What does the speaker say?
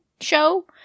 show